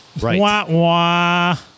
Right